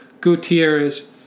Gutierrez